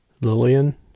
Lillian